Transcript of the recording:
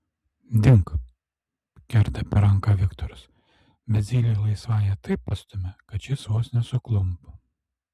dink kerta per ranką viktoras bet zylė laisvąja taip pastumia kad šis vos nesuklumpa